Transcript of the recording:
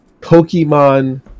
Pokemon